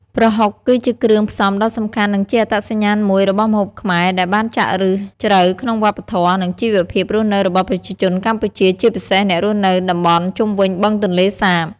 ប្រហុក គឺជាគ្រឿងផ្សំដ៏សំខាន់ និងជាអត្តសញ្ញាណមួយរបស់ម្ហូបខ្មែរ ដែលបានចាក់ឫសជ្រៅក្នុងវប្បធម៌ និងជីវភាពរស់នៅរបស់ប្រជាជនកម្ពុជា ជាពិសេសអ្នករស់នៅតំបន់ជុំវិញបឹងទន្លេសាប។